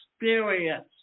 experience